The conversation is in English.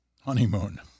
honeymoon